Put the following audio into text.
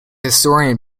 historian